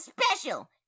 special